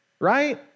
right